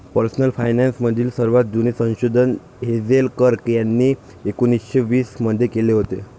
personal finance मधील सर्वात जुने संशोधन हेझेल कर्क यांनी एकोन्निस्से वीस मध्ये केले होते